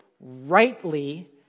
rightly